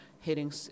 hitting